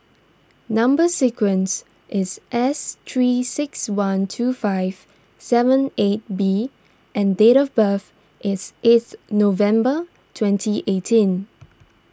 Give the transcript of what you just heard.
Number Sequence is S three six one two five seven eight B and date of birth is eighth November twenty eighteen